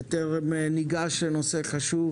נעסוק בנושא חשוב